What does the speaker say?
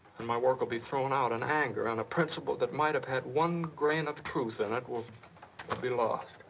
and my work'll be thrown out in anger, and a principle that might've had one grain of truth in it will will be lost.